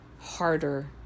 harder